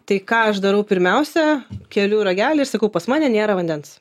tai ką aš darau pirmiausia keliu ragelį ir sakau pas mane nėra vandens